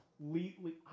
completely